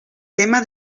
tema